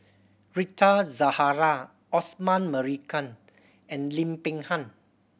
Rita Zahara Osman Merican and Lim Peng Han